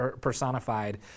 personified